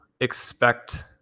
expect